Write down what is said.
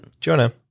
Jonah